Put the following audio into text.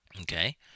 Okay